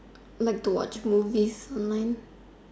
like to watch movies online